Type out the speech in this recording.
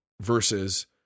versus